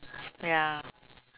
ya